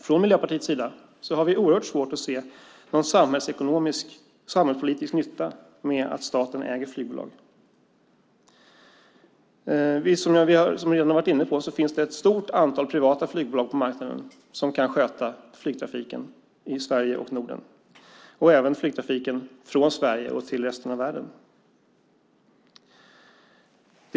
Vi i Miljöpartiet har oerhört svårt att se någon samhällsekonomisk eller samhällspolitisk nytta med att staten äger flygbolag. Som jag redan har varit inne på finns det ett stort antal privata flygbolag på marknaden som kan sköta flygtrafiken i Sverige och Norden och även flygtrafiken från Sverige till resten av världen.